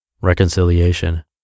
Reconciliation